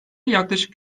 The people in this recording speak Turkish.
yaklaşık